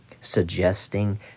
suggesting